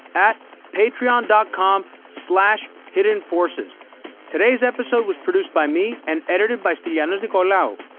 at patreon and com so hiddenforces. today's episode was produced by me and edited by stylianos nicolaou.